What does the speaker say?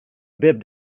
bib